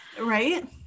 right